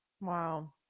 Wow